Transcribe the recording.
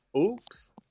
Oops